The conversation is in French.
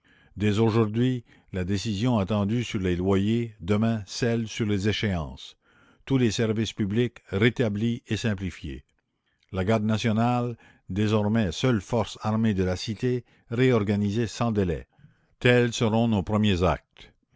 dès aujourd'hui la décision attendue sur les loyers demain celle sur les échéances tous les services publics rétablis et simplifiés la garde nationale désormais seule force armée de la cité réorganisée sans délai tels seront nos premiers actes